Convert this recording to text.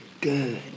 Good